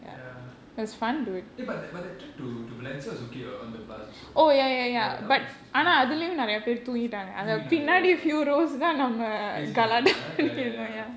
ya eh but but that trip to to to valencia was okay what on the bus also ya that one was was pretty fun தூங்கிட்டாங்க:thoonkitaanka ya ya ya